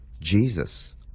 jesus